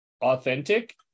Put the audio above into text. authentic